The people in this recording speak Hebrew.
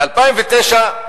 ב-2009,